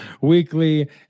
weekly